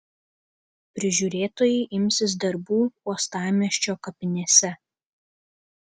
prižiūrėtojai imsis darbų uostamiesčio kapinėse